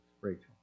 Rachel